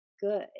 good